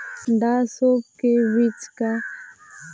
डॉ सौफ के बीज का उपयोग दर्द निवारक के तौर पर भी करते हैं